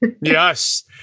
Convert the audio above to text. Yes